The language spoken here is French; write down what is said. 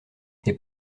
n’est